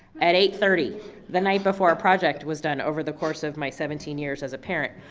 at eight thirty the night before a project was done, over the course of my seventeen years as a parent,